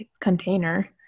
container